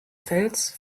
fels